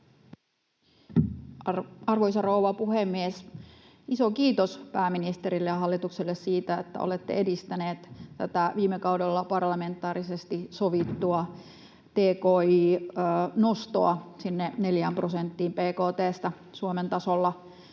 Arvoisa rouva puhemies! Iso kiitos pääministerille ja hallitukselle siitä, että olette edistäneet tätä viime kaudella parlamentaarisesti sovittua tki-nostoa sinne neljään prosenttiin